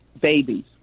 babies